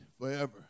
forever